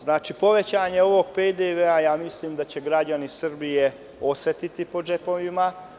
Znači, povećanje ovog PDV mislim da će građani Srbije osetiti po džepovima.